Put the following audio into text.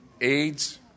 AIDS